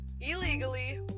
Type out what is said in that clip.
Illegally